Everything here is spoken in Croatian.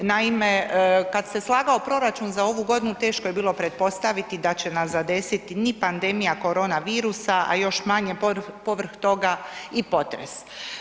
Naime, kad se slagao proračun za ovu godinu, teško je bilo pretpostaviti da će nas zadesiti ni pandemija koronavirusa, a još manje, povrh toga i potres.